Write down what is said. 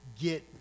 get